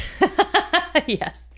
Yes